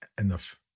enough